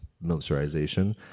militarization